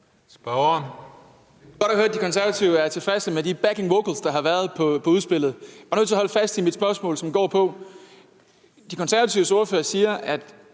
(S): Det er godt at høre, at De Konservative er tilfredse med de der backing vocals, der har været på udspillet. Jeg er bare nødt til at holde fast i mit spørgsmål, som går på: De Konservatives ordfører siger, at